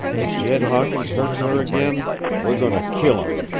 if jed hawkins hurts her again we're goin' to kill him!